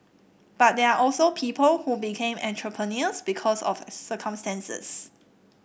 but there are also people who became entrepreneurs because of circumstances